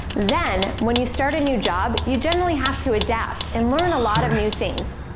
then, when you start a new job, you generally have to adapt and learn a lot of new things,